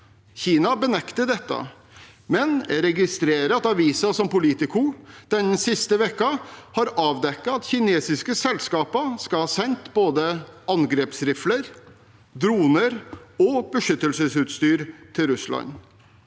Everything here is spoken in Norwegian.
Kina benekter dette, men jeg registrerer at aviser som Politico den siste uken har avdekket at kinesiske selskaper skal ha sendt både angrepsrifler, droner og beskyttelsesutstyr til Russland.